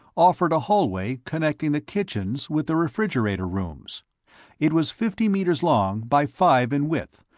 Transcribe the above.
offered a hallway connecting the kitchens with the refrigerator rooms it was fifty meters long by five in width,